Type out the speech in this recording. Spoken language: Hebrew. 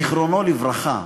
זיכרונו לברכה,